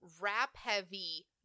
rap-heavy